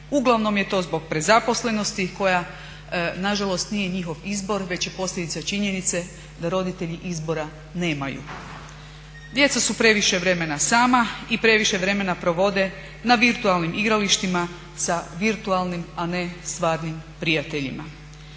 Uglavnom je to zbog prezaposlenosti koja nažalost nije njihov izbor već je posljedica činjenice da roditelji izbora nemaju. Djeca su previše vremena sama i previše vremena provode na virtualnim igralištima sa virtualnim a ne stvarnim prijateljima.